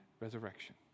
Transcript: resurrection